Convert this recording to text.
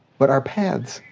but our paths.